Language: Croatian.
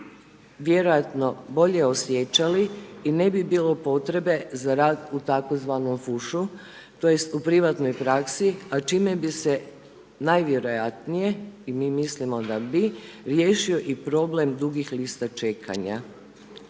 vjerojatno bolje osjećali i ne bi bilo potrebe za rad u tzv. fušu tj. u privatnoj praksi a čime bi se najvjerojatnije i mi mislimo da bi riješio i problem dugih lista čekanja.